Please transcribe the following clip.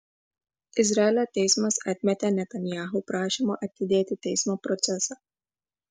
izraelio teismas atmetė netanyahu prašymą atidėti teismo procesą